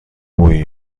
مویی